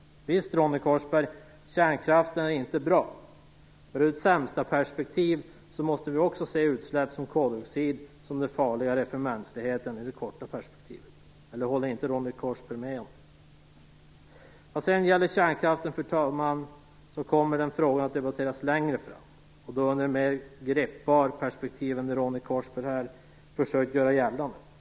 Visst, Ronny Korsberg - kärnkraften är inte bra! Men ur ett sämsta-perspektiv måste vi se utsläpp av t.ex. koldioxid som det farligare för mänskligheten i det korta perspektivet. Håller inte Ronny Korsberg med om det? Vad sedan gäller kärnkraften, fru talman, kommer den frågan att debatteras längre fram, och då i ett mer greppbart perspektiv än det Ronny Korsberg här har försökt anlägga.